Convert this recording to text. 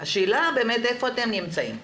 השאלה באמת איפה אתם נמצאים פה.